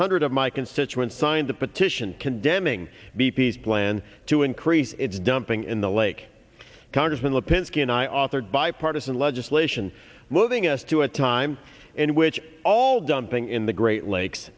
hundred of my constituents signed the petition condemning b p s plan to increase its dumping in the lake congressman lipinski and i authored bipartisan legislation moving us to a time in which all dumping in the great lakes